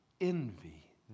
envy